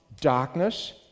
darkness